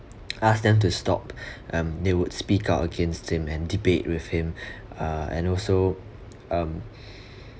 ask them to stop um they would speak out against him and debate with him uh and also um